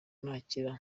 nakira